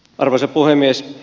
arvoisa puhemies